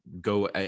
go